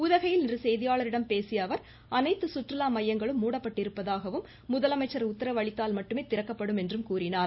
உதகையில் இன்று செய்தியாளர்களிடம் பேசியஅவர் அனைத்து சுற்றுலா மையங்களும் மூடப்பட்டிருப்பதாகவும் முதலமைச்சர் உத்தரவு அளித்தால் மட்டுமே திறக்கப்படும் என்றும் கூறினார்